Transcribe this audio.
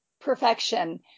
perfection